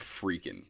freaking